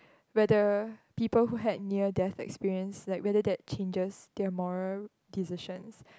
whether people who had near that experience like whether that changes their moral decision